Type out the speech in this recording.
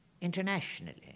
internationally